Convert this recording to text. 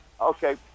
Okay